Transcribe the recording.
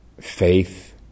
faith